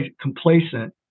complacent